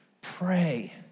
pray